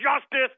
justice